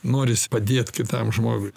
noris padėt kitam žmogui